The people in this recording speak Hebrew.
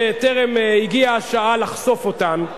שטרם הגיעה השעה לחשוף אותן,